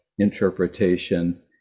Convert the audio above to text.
interpretation